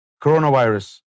coronavirus